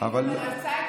--- היא מרצה את